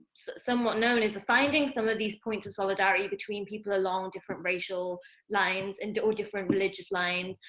somewhat known as the finding some of these points of solidarity, between people along different racial lines, and or different religious lines,